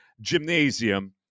Gymnasium